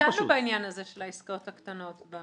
דנו בעניין הזה של העסקאות הקטנות.